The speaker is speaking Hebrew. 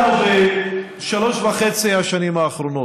הוא הגיש הצעת חוק שמוחקת אותנו, אתם